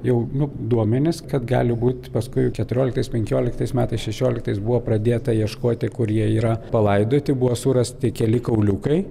jau nu duomenys kad gali būt paskui keturioliktais penkioliktais metais šešioliktais buvo pradėta ieškoti kur jie yra palaidoti buvo surasti keli kauliukai